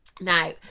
now